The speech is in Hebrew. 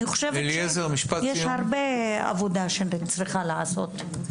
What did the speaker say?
אני חושבת שיש הרבה עבודה שצריכה להיעשות.